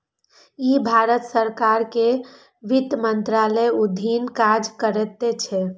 ई भारत सरकार के वित्त मंत्रालयक अधीन काज करैत छै